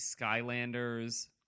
Skylanders